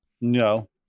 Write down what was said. No